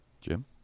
Jim